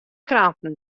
kranten